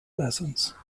lessons